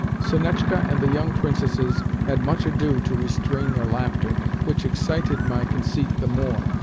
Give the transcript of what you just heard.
sonetchka and the young princesses had much ado to restrain their laughter, which excited my conceit the more,